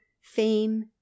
fame